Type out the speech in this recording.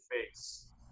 face